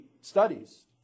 studies